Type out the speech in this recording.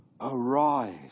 arise